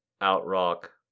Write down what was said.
out-rock